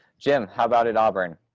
jim, how about at auburn?